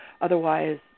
otherwise